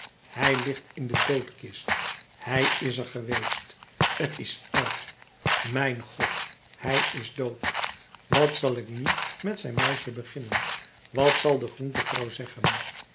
hij ligt in de doodkist hij is er geweest t is uit mijn god hij is dood wat zal ik nu met zijn meisje beginnen wat zal de groentevrouw zeggen